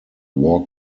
war